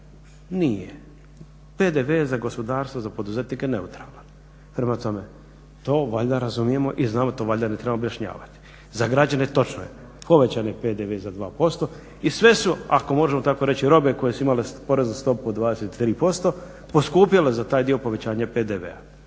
nije, PDV za gospodarstvo za poduzetnike neutralna. Prema tome to valjda razumijemo i znamo to valjda ne trebamo objašnjavati. Za građane točno je povećan je PDV za 2% i sve su ako možemo tako reći robe koje su imale poreznu stopu od 23% poskupjele za taj dio povećanja PDV-a.